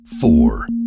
four